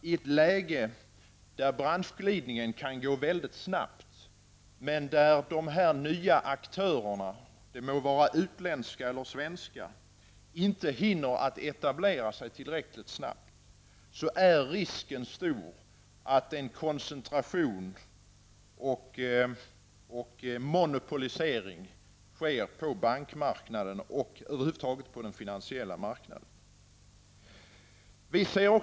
I ett läge där branschglidningen går mycket snabbt, men de nya aktörerna, de må vara utländska eller svenska, inte hinner etablera sig tillräckligt snabbt, är risken självfallet stor för att en koncentration och en monopolisering sker på bankmarknaden och på den finansiella marknaden över huvud taget.